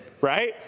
right